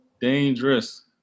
Dangerous